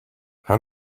how